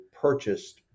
purchased